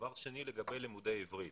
דבר שני, לגבי לימודי העברית,